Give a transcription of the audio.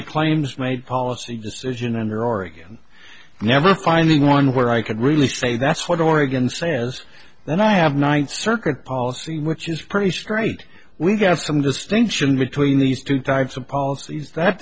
a claims made policy decision and there are again never finding one where i could really say that's what oregon says then i have ninth circuit policy which is pretty straight we got some distinction between these two types of policies that